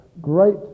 great